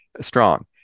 strong